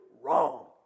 wrong